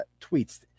tweets